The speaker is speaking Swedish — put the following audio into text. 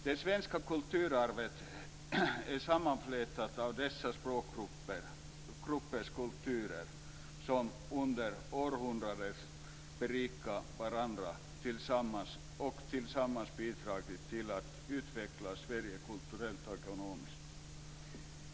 Det svenska kulturarvet är sammanflätat av dessa språkgruppers kulturer, som under århundraden berikat varandra och tillsammans bidragit till att utveckla Sverige kulturellt och ekonomiskt.